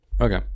Okay